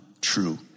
true